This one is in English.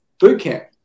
Bootcamp